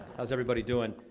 how's everybody doing?